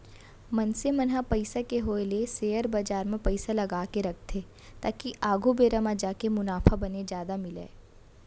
मनसे मन ह पइसा के होय ले सेयर बजार म पइसा लगाके रखथे ताकि आघु बेरा म जाके मुनाफा बने जादा मिलय